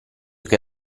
che